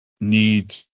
need